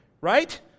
right